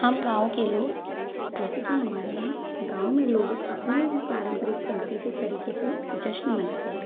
हम गाँव के लोग जैसे कि हमारे यहाँ गाँव में लोग अपने ही पारंपरिक सांस्कृतिक तरिके से जश्न मानते है